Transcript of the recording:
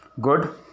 good